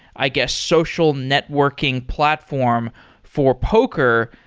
i guess, social networking platform for poker,